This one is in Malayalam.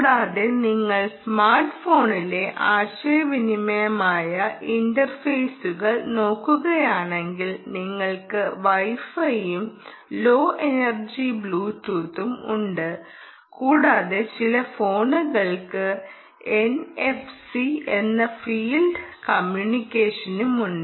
കൂടാതെ നിങ്ങൾ സ്മാർട്ട് ഫോണിലെ ആശയവിനിമയ ഇന്റർഫേസുകൾ നോക്കുകയാണെങ്കിൽ നിങ്ങൾക്ക് വൈഫൈയും ലോ എനർജി ബ്ലൂടൂത്തും ഉണ്ട് കൂടാതെ ചില ഫോണുകൾക്ക് എൻഎഫ്സി എന്ന ഫീൽഡ് കമ്മ്യൂണിക്കേഷനുമുണ്ട്